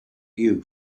you